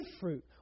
fruit